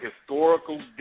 historical